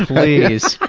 please